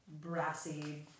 Brassy